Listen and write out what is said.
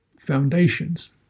foundations